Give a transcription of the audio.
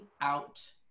out